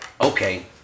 okay